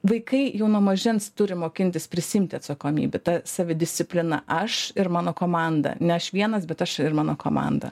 vaikai jau nuo mažens turi mokintis prisiimti atsakomybę ta savidisciplina aš ir mano komanda ne aš vienas bet aš ir mano komanda